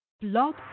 Blog